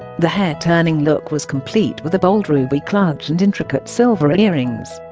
the head-turning look was complete with a bold ruby clutch and intricate silver earrings